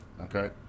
okay